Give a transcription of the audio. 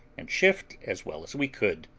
and shift as well as we could.